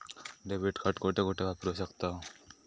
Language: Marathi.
डेबिट कार्ड कुठे कुठे वापरू शकतव?